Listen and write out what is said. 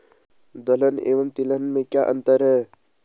दलहन एवं तिलहन में क्या अंतर है?